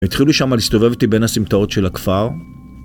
התחילו שמה להסתובב איתי בין הסמטאות של הכפר